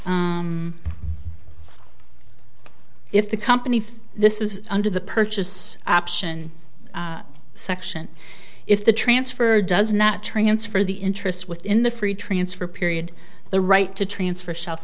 c if the company for this is under the purchase option section if the transfer does not transfer the interest within the free transfer period the right to transfer sh